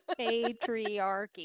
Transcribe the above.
patriarchy